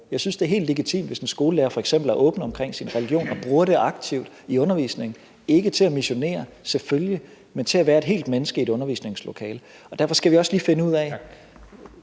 Jeg synes, det er helt legitimt, hvis en skolelærer f.eks. er åben om sin religion og bruger det aktivt i undervisningen – selvfølgelig ikke til at missionere, men til at være et helt menneske i undervisningslokalet. Derfor skal vi også lige finde ud af ...